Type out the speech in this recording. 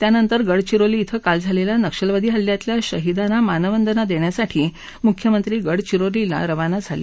त्यानंतर गडचिरोली डें काल झालेल्या नक्षलवादी हल्ल्यातल्या शहिदांना मानवंदना देण्यासाठी मुख्यमंत्री गडचिरोलीला रवाना झाले